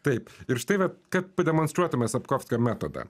taip ir štai vat kad pademonstruotume sapkovskio metodą